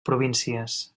províncies